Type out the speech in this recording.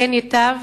כן ייטב.